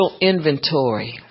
inventory